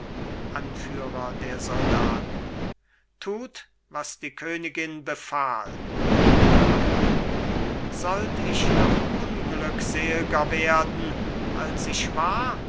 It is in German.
anführer der soldaten tut was die königin befahl johanna sollt ich noch unglückselger werden als ich war